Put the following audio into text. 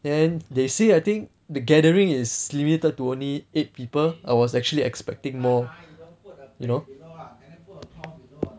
then they say I think the gathering is limited to only eight people I was actually expecting more you know